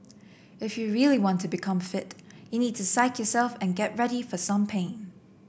if you really want to become fit you need to psyche yourself and get ready for some pain